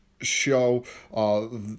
show